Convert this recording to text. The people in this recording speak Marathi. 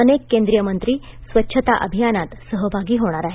अनेक केंद्रिय मंत्री स्वच्छता अभियानात सहभागी होणार आहेत